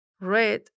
Red